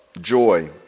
joy